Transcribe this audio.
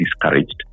discouraged